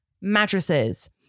mattresses